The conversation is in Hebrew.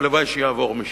והלוואי שיעבור משם,